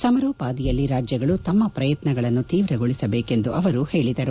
ಸಮರೋಪಾದಿಯಲ್ಲಿ ರಾಜ್ಯಗಳು ತಮ್ಮ ಪ್ರಯತ್ನಗಳನ್ನು ಶೀವ್ರಗೊಳಿಸಬೇಕೆಂದು ಅವರು ಹೇಳಿದರು